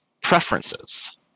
preferences